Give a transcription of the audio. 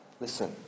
Listen